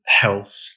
health